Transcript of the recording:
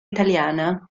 italiana